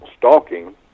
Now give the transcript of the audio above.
stalking